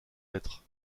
être